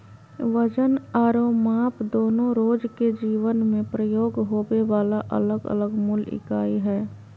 वजन आरो माप दोनो रोज के जीवन मे प्रयोग होबे वला अलग अलग मूल इकाई हय